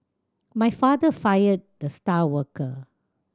my father fired the star worker